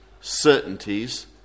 certainties